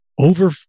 Over